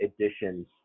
editions